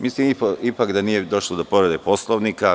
Mislim da ipak nije došlo do povrede Poslovnika.